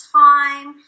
time